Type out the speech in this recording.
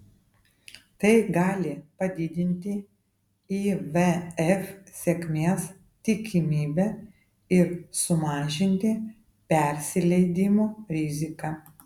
tai gali padidinti ivf sėkmės tikimybę ir sumažinti persileidimų riziką